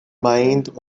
mind